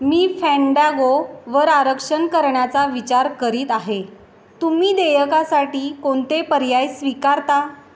मी फेंडागोवर आरक्षण करण्याचा विचार करीत आहे तुम्ही देयकासाठी कोणते पर्याय स्वीकारता